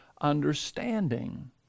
understanding